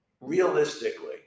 realistically